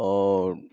और